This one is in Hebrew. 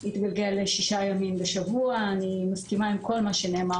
זה התגלגל ל-6 ימים בשבוע אני מסכימה עם כל מה שנאמר